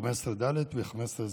סעיפים 15ד ו-15ז,